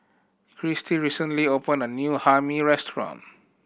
Christie recently opened a new Hae Mee restaurant